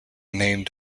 named